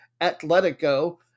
Atletico